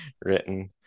written